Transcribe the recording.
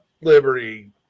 Liberty